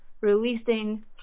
releasing